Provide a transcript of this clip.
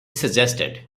suggested